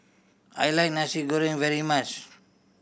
I like Nasi Goreng very much